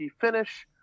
finish